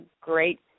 great